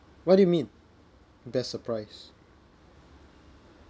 what do you mean best surprise